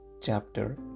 chapter